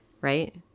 right